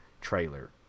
trailer